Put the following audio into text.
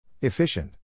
Efficient